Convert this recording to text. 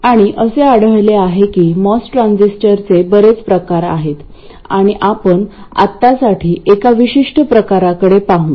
आणि असे आढळले आहे की मॉस ट्रान्झिस्टरचे बरेच प्रकार आहेत आणि आपण आत्तासाठी एका विशिष्ट प्रकाराकडे पाहू